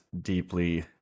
deeply